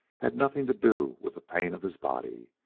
had nothing to do with the pain of his body.